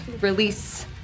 release